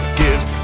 gives